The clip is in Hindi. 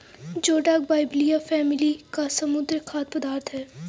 जोडाक बाइबलिया फैमिली का समुद्री खाद्य पदार्थ है